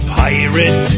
pirate